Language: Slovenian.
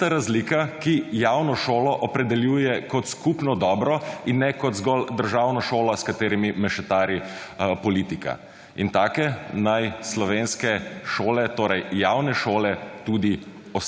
tista razlika, ki javno šolo opredeljuje kot skupno dobro in ne kot zgolj državno šolo, s katerimi mešetari politika. In take naj slovenske šole, torej javne šole, tudi